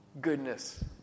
goodness